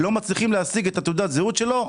לא מצליחים להשיג את תעודת הזהות שלו,